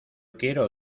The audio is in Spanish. quiero